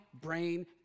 brain